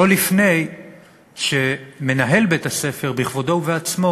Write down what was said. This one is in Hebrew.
לא לפני שמנהל בית-הספר בכבודו ובעצמו